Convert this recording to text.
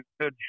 good